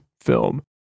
film